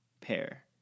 pair